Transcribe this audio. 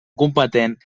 competent